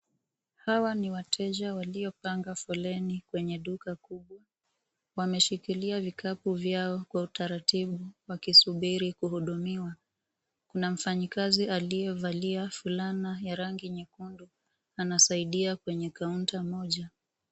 Hawa ni wateja waliopanga foleni, kwenye duka kubwa. Wameshikilia vikapu vyao kwa utaratibu, wakisubiri kuhudumiwa. Kuna mfanyikazi aliyevalia fulana ya rangi nyekundu, anasaidia kwenye kaunda moja.